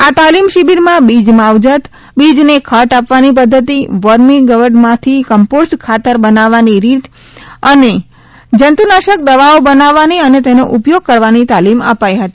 આ તાલીમ શિબિરમાં બીજમાવજત બીજને ખટ આપવાની પધ્ધતિ વરમી ગવડમાંથી કંપોઝડ ખાતર બનાવવાની રીત અને જંતનાશક દવાઓ બનાવવાની અને તેનો ઉપયોગ કરવાની તાલીમ અપાઇ હતી